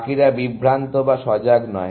বাকিরা বিভ্রান্ত বা সজাগ নয়